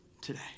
today